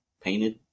painted